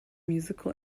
musical